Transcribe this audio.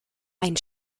ein